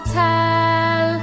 tell